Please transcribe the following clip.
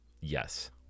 Yes